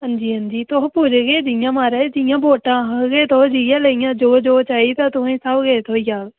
तुस पूरे गै म्हाराज जियां बोटां आक्खगे जो जो किश आक्खगे उआं थ्होई जाह्ग